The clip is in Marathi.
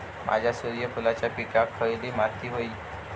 माझ्या सूर्यफुलाच्या पिकाक खयली माती व्हयी?